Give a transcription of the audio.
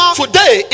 today